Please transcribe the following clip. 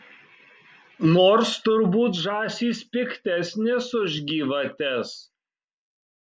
nors turbūt žąsys piktesnės už gyvates